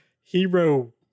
Hero